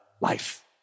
life